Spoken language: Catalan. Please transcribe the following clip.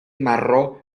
marró